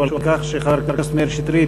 על כך שחבר הכנסת מאיר שטרית